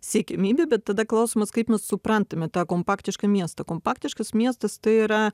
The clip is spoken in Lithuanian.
siekiamybė bet tada klausimas kaip mes suprantame tą kompaktišką miestą kompaktiškas miestas tai yra